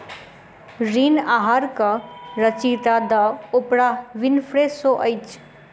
ऋण आहारक रचयिता द ओपराह विनफ्रे शो अछि